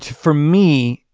for me,